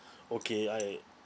okay I